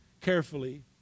carefully